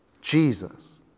Jesus